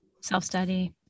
Self-study